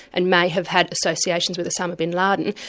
and may have had associations with osama bin laden,